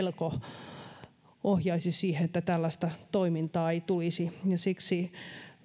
pelko ohjaisi siihen että tällaista toimintaa ei tulisi siksi